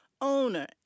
owner